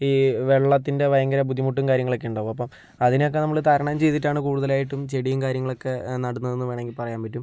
ഈ വെള്ളത്തിൻ്റെ ഭയങ്കര ബുദ്ധിമുട്ടും കാര്യങ്ങളൊക്കെ ഉണ്ടാകും അപ്പോൾ അതിനെയൊക്ക നമ്മൾ തരണം ചെയ്തിട്ടാണ് കൂടുതലായിട്ടും ചെടിയും കാര്യങ്ങളൊക്കെ നടുന്നതെന്ന് വേണമെങ്കിൽ പറയാൻ പറ്റും